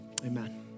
amen